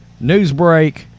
Newsbreak